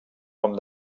com